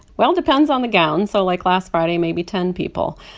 well, it depends on the gowns so, like, last friday, maybe ten people.